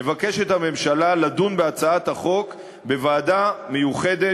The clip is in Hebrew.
מבקשת הממשלה לדון בהצעת החוק בוועדה מיוחדת